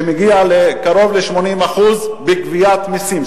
שמגיע קרוב ל-80% בגביית מסים,